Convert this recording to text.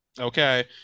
Okay